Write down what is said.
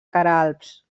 queralbs